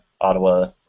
Ottawa